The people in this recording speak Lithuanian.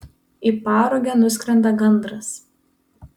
į parugę nuskrenda gandras